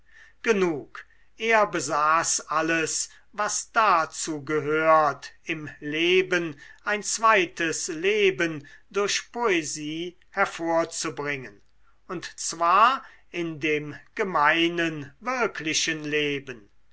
genug er besaß alles was dazu gehört im leben ein zweites leben durch poesie hervorzubringen und zwar in dem gemeinen wirklichen leben